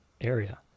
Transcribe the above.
area